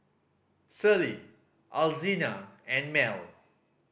Celie Alzina and Mell